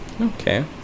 Okay